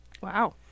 Wow